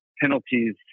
penalties